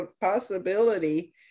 possibility